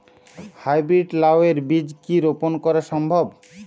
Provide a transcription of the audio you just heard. High breed লাও এর বীজ কি রোপন করা সম্ভব?